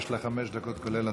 יש לך חמש דקות, כולל התודות.